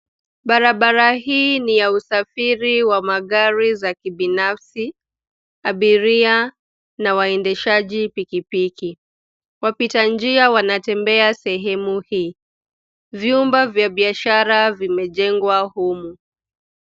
Barabara hii ni ya usafiri wa magari ya kibinafsi, abiria na waendeshaji pikipiki. Wapita njia wanatembea sehemu hii. Vyumba vya biashara vimejengwa humu.